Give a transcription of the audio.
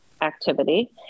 activity